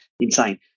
insane